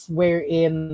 wherein